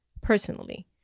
personally